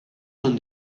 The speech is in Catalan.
són